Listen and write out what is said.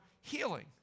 healing